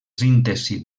síntesi